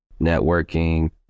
networking